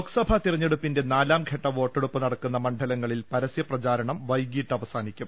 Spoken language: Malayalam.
ലോക്സഭാ തെരഞ്ഞെടുപ്പിന്റെ നാലാംഘട്ട വോട്ടെടുപ്പ് നട ക്കുന്ന മണ്ഡലങ്ങളിൽ പരസൃ പ്രചാരണം വൈകീട്ട് അവസാ നിക്കും